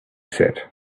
said